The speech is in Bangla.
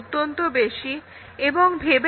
প্রকৃতপক্ষে এটা একটা বড় সমস্যা